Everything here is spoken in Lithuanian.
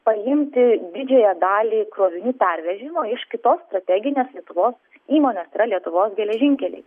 paimti didžiąją dalį krovinių pervežimo iš kitos strateginės lietuvos įmonės tai yra lietuvos geležinkeliai